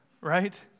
right